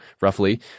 roughly